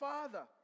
Father